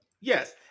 yes